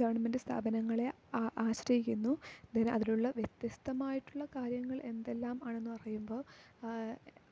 government സ്ഥാപനങ്ങളെ ആ ആശ്രയിക്കുന്നു അന്നേരം അതിനുള്ള വ്യത്യസ്തമായിട്ടുള്ള കാര്യങ്ങൾ എന്തെല്ലാം ആണെന്ന് പറയുമ്പോൾ